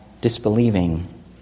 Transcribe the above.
disbelieving